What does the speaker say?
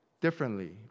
differently